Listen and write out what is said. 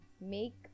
make